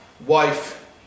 wife